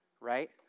right